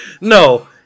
No